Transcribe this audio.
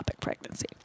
pregnancy